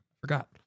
Forgot